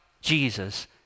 Jesus